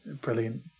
brilliant